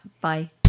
Bye